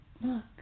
look